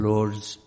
Lord's